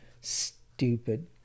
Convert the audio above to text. stupid